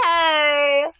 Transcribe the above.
hey